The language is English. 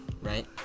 right